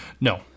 No